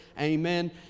Amen